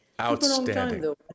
Outstanding